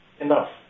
enough